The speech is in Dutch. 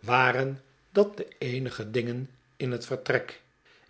waren dat de eenige dingen in het vertrek